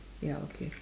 ya okay